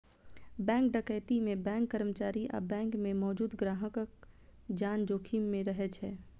bank डकैती मे bank कर्मचारी आ बैंक मे मौजूद ग्राहकक जान जोखिम मे रहै छै